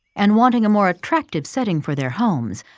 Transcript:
and wanting a more attractive setting for their homes,